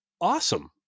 Awesome